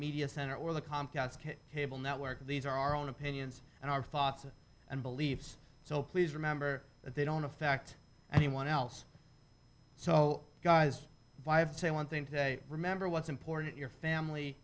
media center or the comcast cable network these are our own opinions and our thoughts and beliefs so please remember that they don't affect anyone else so you guys have to say one thing to remember what's important your family